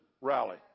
rally